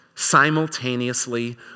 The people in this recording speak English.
simultaneously